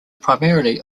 primarily